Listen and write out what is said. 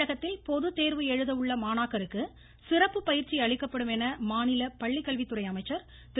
தமிழகத்தில் பொதுத்தேர்வு எழுத உள்ள மாணாக்கருக்கு சிறப்பு பயிற்சிகள் அளிக்கப்படும் என மாநில பள்ளிக்கல்வித்துறை அமைச்சர் திரு